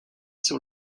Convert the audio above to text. sur